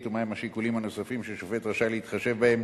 ומהם השיקולים הנוספים ששופט רשאי להתחשב בהם